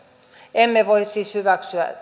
emme voi siis hyväksyä